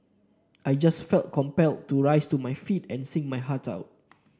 I just felt compelled to rise to my feet and sing my heart out